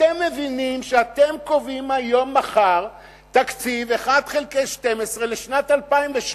אתם מבינים שאתם קובעים היום-מחר תקציב 1 חלקי 12 לשנת 2013?